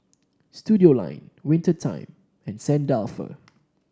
Studioline Winter Time and Saint Dalfour